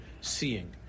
seeing